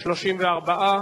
כל כך